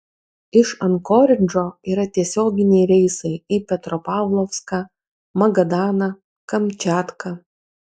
iš ankoridžo yra tiesioginiai reisai į petropavlovską magadaną kamčiatką